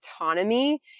autonomy